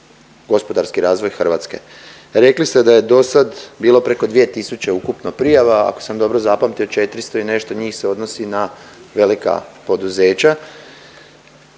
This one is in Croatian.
gospodarski razvoj Hrvatske. Rekli ste da je do sad bilo preko 2 tisuće ukupno prijava, ako sam dobro zapamtio. 400 i nešto njih se odnosi na velika poduzeća.